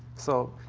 so,